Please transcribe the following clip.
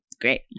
Great